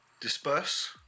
Disperse